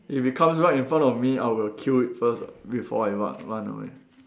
if it comes right in front of me I will kill it first [what] before I run run away